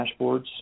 dashboards